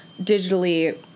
digitally